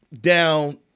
down